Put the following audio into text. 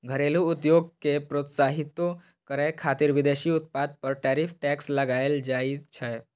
घरेलू उद्योग कें प्रोत्साहितो करै खातिर विदेशी उत्पाद पर टैरिफ टैक्स लगाएल जाइ छै